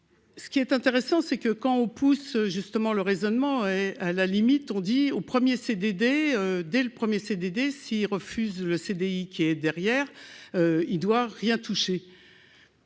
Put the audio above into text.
Ce qui est intéressant, c'est que quand on pousse justement le raisonnement et à la limite on dit au 1er CDD dès le 1er CDD s'il refuse le CDI qui est derrière, il doit rien touché.